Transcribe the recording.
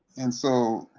and so,